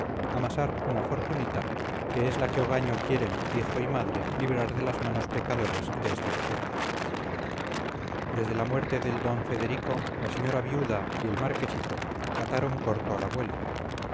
amasar una fortunita que es la que ogaño quieren hijo y madre librar de las manos pecadoras de este vejete desde la muerte del d federico la señora viuda y el marquesito ataron corto al abuelo